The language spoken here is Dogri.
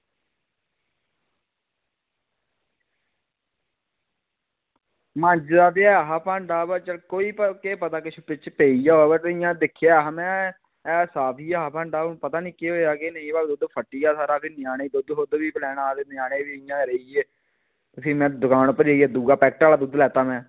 मांजेआ ते ऐ हा भांडा अवा चल कोई केह् पता किश पेई गेआ होग ते इ'यां दिक्खेआ ऐ हा में ऐ साफ ई ऐ हा भांडा हून पता निं केह् होएआ केह् नेईं ते दुद्ध फट्टी गेआ सारा ते ञ्यानें गी दुद्ध शुद्ध बी पलाना हा ते ञ्यानें बी इ'यां गै रेही गे उसी में दकान उप्पर जाइयै दूआ पैकेटा आह्ला दुद्ध लैता में